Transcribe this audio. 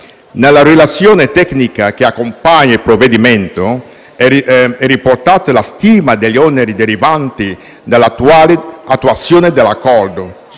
Nella relazione tecnica che accompagna il provvedimento è riportata la stima degli oneri derivanti dall'attuazione dell'Accordo,